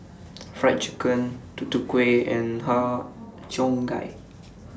Fried Chicken Tutu Kueh and Har Cheong Gai